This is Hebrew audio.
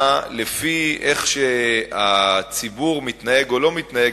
לפי איך שהציבור מתנהג או לא מתנהג,